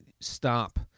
stop